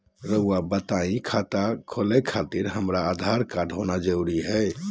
रउआ बताई खाता खोले खातिर हमरा आधार कार्ड होना जरूरी है?